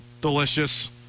delicious